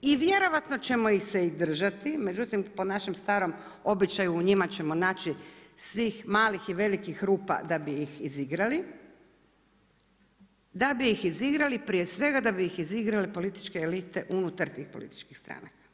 i vjerojatno ćemo ih se držati, međutim po našem starom običaju u njima ćemo naći svih malih i velikih rupa da bi ih izigrali, prije svega da bi izigrali političke elite unutar tih političkih stranaka.